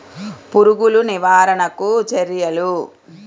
పురుగులు నివారణకు చర్యలు?